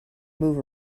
move